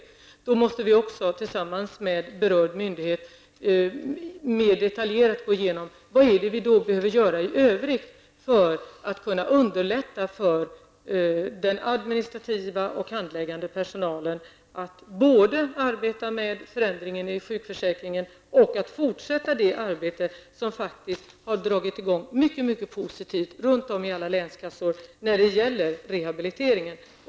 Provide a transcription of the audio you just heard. I samband med detta måste vi självfallet också, tillsammans med berörd myndighet, mer detaljerat gå igenom vad vi behöver göra i övrigt för att underlätta för den administrativa och handläggande personalen att både arbeta med förändringen i sjukförsäkringen och att fortsätta det arbete som faktiskt har dragit i gång på ett mycket positivt sätt runt om i alla länskassor när det gäller rehabiliteringen.